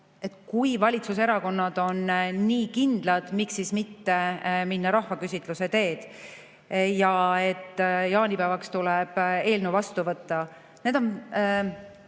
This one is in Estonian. kui valitsuserakonnad on nii kindlad, miks siis mitte minna rahvaküsitluse teed, ja väidate, et jaanipäevaks tuleb eelnõu vastu võtta, siis need